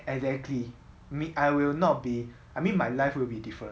exactly me I will not be I mean my life will be different